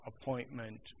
appointment